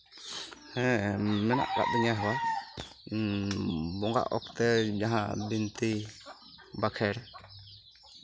ᱦᱮᱸ ᱢᱳᱱᱟᱜ ᱠᱟᱜ ᱛᱤᱧᱟᱹ ᱤᱧᱟᱜ ᱦᱚᱸ ᱵᱚᱸᱜᱟᱜ ᱚᱠᱛᱚ ᱡᱟᱦᱟᱸ ᱵᱤᱱᱛᱤ ᱵᱟᱠᱷᱮᱬ